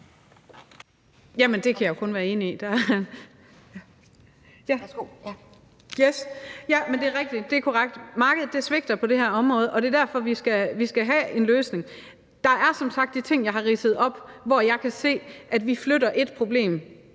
det er korrekt, at markedet svigter på det her område, og det er derfor, vi skal have en løsning. Der er som sagt de ting, jeg har ridset op, hvor jeg kan se at vi flytter et problem